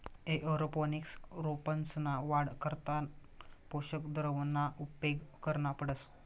aeroponics रोपंसना वाढ करता पोषक द्रावणना उपेग करना पडस